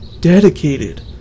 dedicated